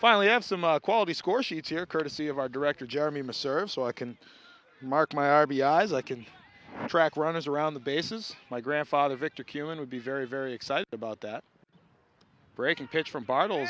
finally have some a quality score sheets here courtesy of our director jeremy must serve so i can mark my r b i as i can track runners around the bases my grandfather victor cumin would be very very excited about that breaking pitch from bartle